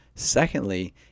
Secondly